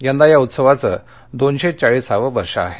यंदा या उत्सवाचं दोनशे चाळीसावं वर्ष आहे